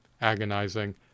agonizing